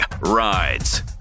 Rides